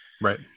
right